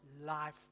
life